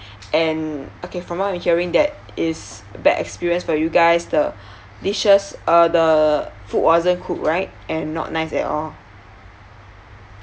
and okay from what we hearing that is bad experience for you guys the dishes uh the food wasn't cooked right and not nice at all